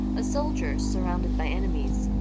a soldier, surrounded by enemies,